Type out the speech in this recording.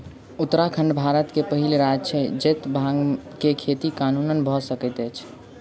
उत्तराखंड भारत के पहिल राज्य छै जतअ भांग के खेती कानूनन भअ सकैत अछि